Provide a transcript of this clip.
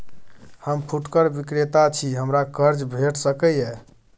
हम फुटकर विक्रेता छी, हमरा कर्ज भेट सकै ये?